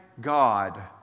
God